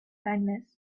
kindness